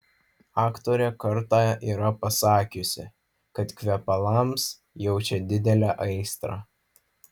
aktorė kartą yra pasakiusi kad kvepalams jaučia didelę aistrą